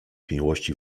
miłości